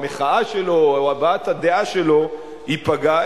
המחאה שלו או הבעת הדעה שלו ייפגעו.